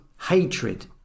Hatred